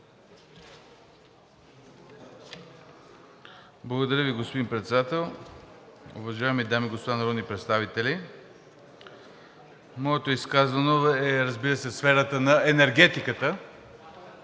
Благодаря Ви, господин Председател. Уважаеми дами и господа народни представители! Моето изказване, разбира се, е в сферата на енергетиката,